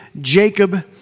Jacob